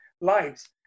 lives